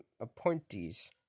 appointees